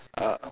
uh